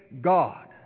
God